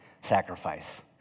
sacrifice